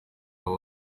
baba